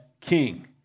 king